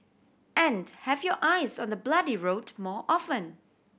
and have your eyes on the bloody road more often